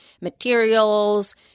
materials